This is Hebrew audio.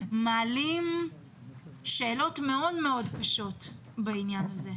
מעלים שאלות מאוד מאוד קשות בעניין הזה.